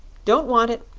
don't want it,